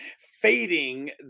Fading